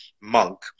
monk